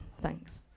Thanks